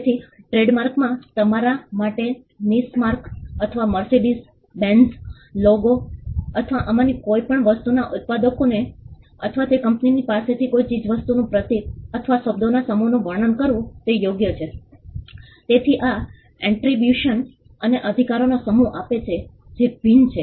તેથી ટ્રેડમાર્કમાં તમારા માટે નિશ માર્ક અથવા મર્સિડીઝ બેન્ઝ લોગો અથવા આમાંની કોઈ પણ વસ્તુના ઉત્પાદકને અથવા તે કંપનીની પાસેની કોઈ ચીજવસ્તુઓનું પ્રતીક અથવા શબ્દોના સમૂહનું વર્ણન કરવું તે યોગ્ય છે તેથી આ એટ્રીબ્યુશન તમને અધિકારોનો સમૂહ આપે છે જે ભિન્ન છે